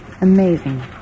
Amazing